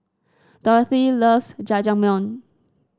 Dorothy loves Jajangmyeon